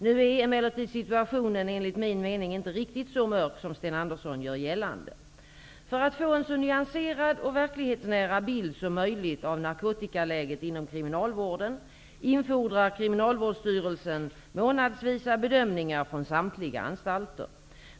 Nu är emellertid situationen enligt min mening inte riktigt så mörk som Sten Andersson gör gällande. För att få en så nyanserad och verklighetsnära bild som möjligt av narkotikaläget inom kriminalvården, infordrar Kriminalvårdsstyrelsen månadsvisa bedömningar från samtliga anstalter.